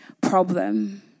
problem